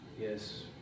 yes